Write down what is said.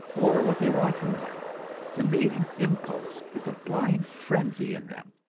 or what they want from life the mating impulse is a blind frenzy in them,